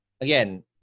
again